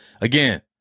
again